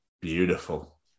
beautiful